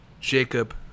Jacob